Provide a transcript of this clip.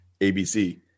ABC